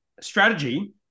strategy